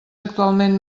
actualment